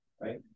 right